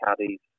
caddies